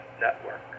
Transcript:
Network